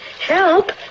Help